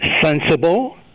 sensible